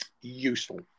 useful